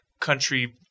country